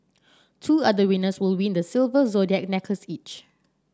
two other winners will win the silver zodiac necklace each